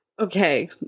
Okay